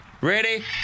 Ready